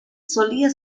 solía